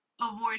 avoid